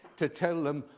to tell them,